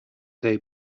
they